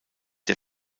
der